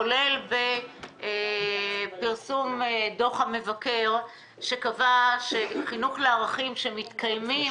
כולל פרסום דו"ח המבקר שקבע שחינוך לערכים שמתקיימים